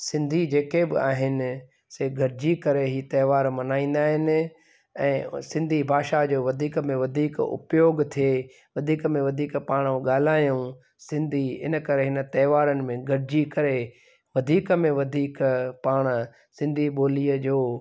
सिंधी जेके बि आहिनि से गॾिजी करे हीउ त्योहार मल्हाईंदा आहिनि ऐं सिंधी भाषा जो वधीक में वधीक उपयोगु थिए वधीक में वधीक पाण ॻाल्हायूं सिंधी इनकरे हिन त्योहारनि में गॾिजी करे वधीक में वधीक पाण सिंधी ॿोलीअ जो